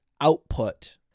output